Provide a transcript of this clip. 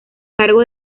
cargo